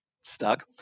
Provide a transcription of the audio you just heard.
stuck